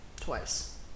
Twice